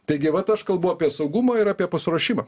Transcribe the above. taigi vat aš kalbu apie saugumą ir apie pasiruošimą